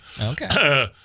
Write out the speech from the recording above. Okay